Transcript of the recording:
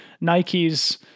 Nike's